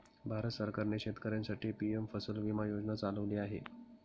भारत सरकारने शेतकऱ्यांसाठी पी.एम फसल विमा योजना चालवली आहे